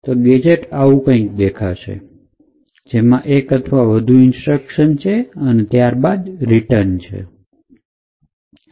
તો ગેજેટ આવું કંઈક દેખાશે કે જેમાં એક અથવા વધુ ઇન્સ્ટ્રક્શન છે અને ત્યારબાદ રિટર્ન હશે